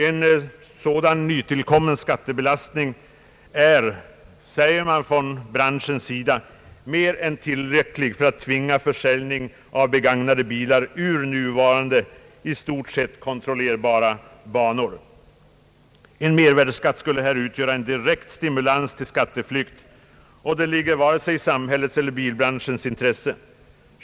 En sådan nytillkommen skattebelastning är, säger man från branschens sida, mer än tillräcklig för att tvinga försäljningen av begagnade bilar ur nuvarande i stort sett kontrollerbara banor. En mervärdeskatt skulle här utgöra en direkt stimulans till skatteflykt, och det ligger varken i samhällets eller bilbranschens intresse.